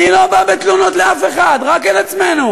אני לא בא בתלונות לאף אחד, רק אל עצמנו.